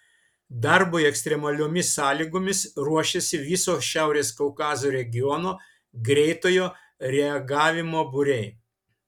darbui ekstremaliomis sąlygomis ruošiasi viso šiaurės kaukazo regiono greitojo reagavimo būriai